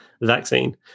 vaccine